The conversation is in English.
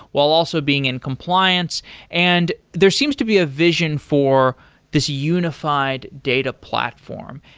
while also being in compliance and there seems to be a vision for this unified data platform.